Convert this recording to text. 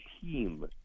team